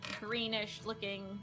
greenish-looking